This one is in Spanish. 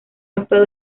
actuado